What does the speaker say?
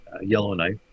Yellowknife